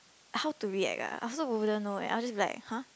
how to react ah I also wouldn't know eh I'll just be like !huh!